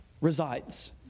resides